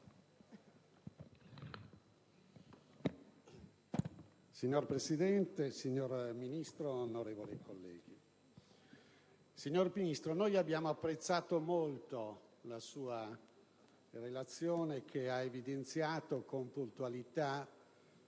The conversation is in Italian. Signor Presidente, signor Ministro, onorevoli colleghi, abbiamo apprezzato molto la sua relazione, che ha evidenziato, con puntualità